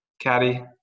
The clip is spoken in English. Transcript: caddy